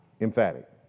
emphatic